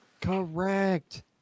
Correct